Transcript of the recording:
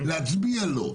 להצביע לא.